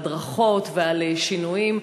ועל הדרכות ועל שינויים,